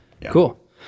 Cool